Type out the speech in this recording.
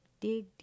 dig